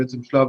שלב